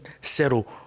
settle